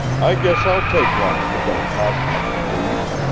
i guess i'll take one if it don't cost nothin', please.